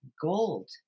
gold